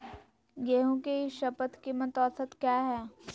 गेंहू के ई शपथ कीमत औसत क्या है?